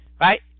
right